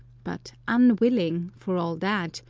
but unwilling, for all that,